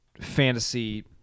fantasy